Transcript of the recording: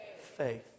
faith